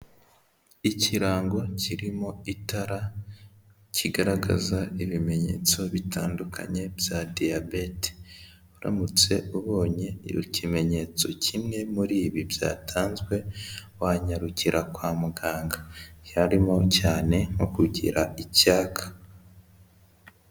Ikirango kirimo itara kigaragaza ibimenyetso bitandukanye bya diyabete, uramutse ubonye ikimenyetso kimwe muri ibi byatanzwe wanyarukira kwa muganga, harimo cyane nko kugira icyaka.